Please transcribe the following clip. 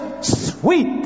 sweet